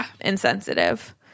insensitive